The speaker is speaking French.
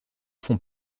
font